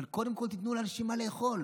אבל קודם כול תיתנו לאנשים לאכול.